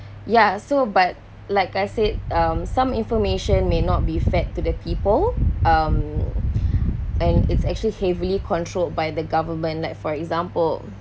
yeah so but like I said um some information may not be fed to the people um and it's actually heavily controlled by the government like for example